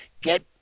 get